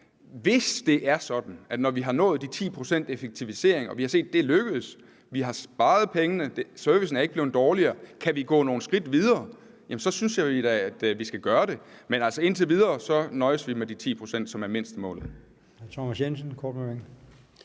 hvis det er sådan, at når vi har nået de 10 pct. i effektiviseringer og har set, at det er lykkedes, altså at vi har sparet pengene, og at servicen ikke er blevet dårligere, så kan vi gå nogle skridt videre, jamen så synes jeg da, at vi skal gøre det. Men indtil videre nøjes vi med de 10 pct., som er mindstemålet.